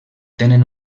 tenen